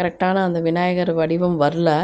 கரெக்டான அந்த விநாயகர் வடிவம் வரல